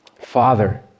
Father